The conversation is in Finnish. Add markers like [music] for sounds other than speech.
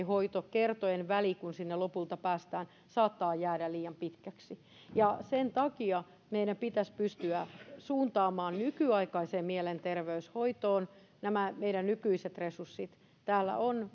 [unintelligible] hoitokertojen väli kun sinne lopulta päästään saattaa jäädä liian pitkäksi sen takia meidän pitäisi pystyä suuntaamaan nykyaikaiseen mielenterveyshoitoon nämä meidän nykyiset resurssit täällä on